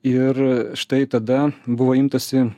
ir štai tada buvo imtasi